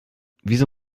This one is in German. wieso